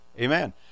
Amen